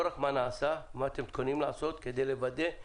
לא רק מה נעשה אלא מה אתם מתכוננים לעשות כדי לוודא את